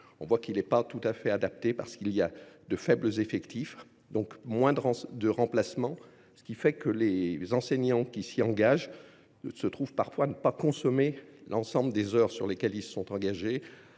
le voyons bien – n’est pas tout à fait adapté. Il y a de faibles effectifs, donc moins de remplacements. Les enseignants qui s’y engagent se trouvent parfois à ne pas consommer l’ensemble des heures sur lesquelles ils sont engagés,